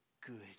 good